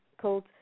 called